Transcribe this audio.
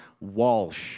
Walsh